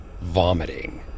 vomiting